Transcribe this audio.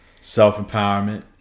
self-empowerment